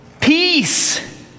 peace